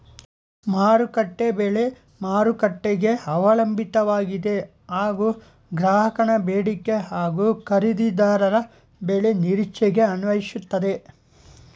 ಮಾರುಕಟ್ಟೆ ಬೆಲೆ ಮಾರುಕಟ್ಟೆಗೆ ಅವಲಂಬಿತವಾಗಿದೆ ಹಾಗೂ ಗ್ರಾಹಕನ ಬೇಡಿಕೆ ಹಾಗೂ ಖರೀದಿದಾರರ ಬೆಲೆ ನಿರೀಕ್ಷೆಗೆ ಅನ್ವಯಿಸ್ತದೆ